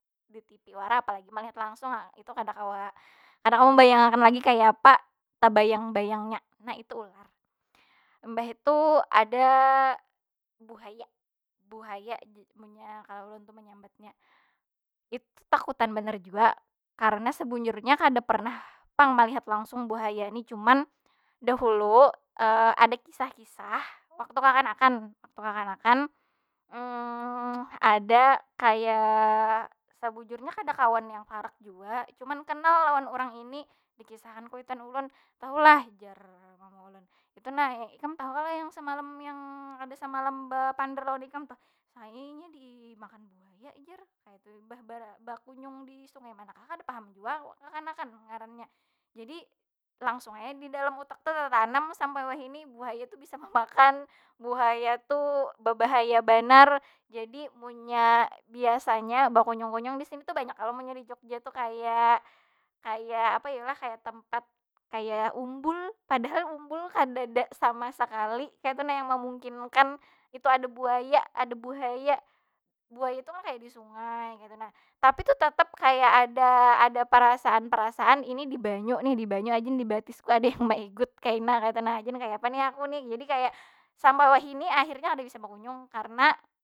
Di tipi wara, apalagi melihat langsung. Itu kada kawa, kada kawa membayang akan lagi kaya apa tabayang- bayangnya. Nah itu ular. Mbah itu ada buhaya. Buhaya jar, munnya kalau ulun tu menyambatnya. Itu takutan banar jua. Karena sebujurnya kada pernah pang melihat langsung buhaya ni. Cuman dahulu ada kisah- kisah, waktu kekanakan. Waktu kakanakan, ada kaya, sebujurnya kada kawan yang parak jua. Cuman kenal lawan urang ini. Dikisah akan kuitan ulun. Tahulah jar mama ulun itu nah, ikam tahu kali yang semalam yang ada samalam bapandir lawan ikam tuh. Nah inya dimakan buaya jar, kaytu. Imbah ba- bakunyang di sungai manakah kada paham jua, kakanakan pang ngarannya. Jadi langsung ai di dalam utak tu tetanam sampai wahini buhaya tu bisa memakan. Buhaya tu bebahaya banar. Jadi munnya biasanya bakunyung- kunyung si sini tu, banyak kalo munnya di jogja tu kaya- kaya apa yu lah? Kaya tempat, kaya umbul. Padahal umbul kadada sama sekali kaytu nah yang memungkinkan itu ada buaya, ada buhaya. Buhaya tu kan kaya di sungai kaytu nah. Tapi tu tetep kaya ada- ada perasaan- perasaan ini di banyu nih, ini di banyu ni ajin di batis tu ada yang maigut kaina kaytu nah. Ajin kayapa ni aku ni? Jadi akhirnya sampai wahini kada bisa bakunyung. Karena.